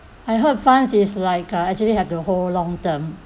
I heard funds is like uh actually have to hold long term